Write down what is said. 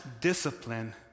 discipline